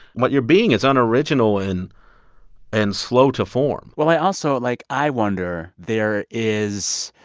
what you're being is unoriginal and and slow to form well, i also like, i wonder there is